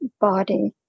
body